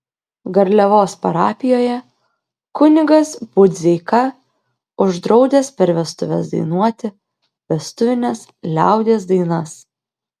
garliavos parapijoje kunigas budzeika uždraudęs per vestuves dainuoti vestuvines liaudies dainas